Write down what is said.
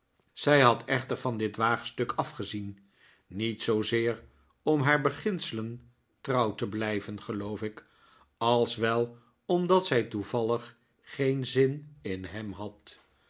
zij had echter van dit waagstuk afgezien niet zoozeer om haar beginselen trouw te blijven geloof ik als wel omdat zij toevallig geen zin in hem had